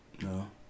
No